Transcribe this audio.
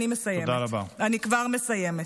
אני כבר מסיימת.